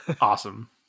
awesome